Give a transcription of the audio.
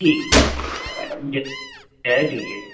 ठीकु आहे मैडम जय जय झूले